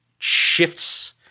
shifts